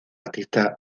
artista